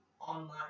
online